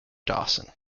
dawson